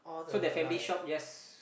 so the family shop just